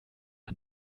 der